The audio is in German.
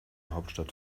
hauptstadt